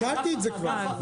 שאלתי את זה כבר.